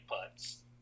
putts